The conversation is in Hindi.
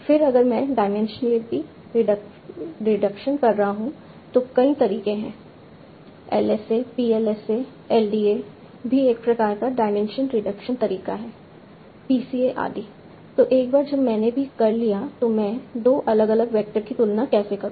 फिर अगर मैं डाइमेंशनलिटी रिडक्शन कर रहा हूं तो कई तरीके हैं LSA PLSA LDA भी एक प्रकार का डायमेंशन रिडक्शन तरीका है PCA आदि तो एक बार जब मैंने कर भी लिया तो मैं 2 अलग अलग वैक्टर की तुलना कैसे करूं